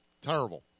Terrible